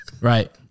right